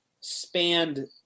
spanned